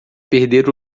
perder